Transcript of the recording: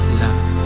love